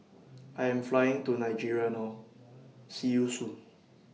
I Am Flying to Nigeria now See YOU Soon